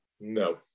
no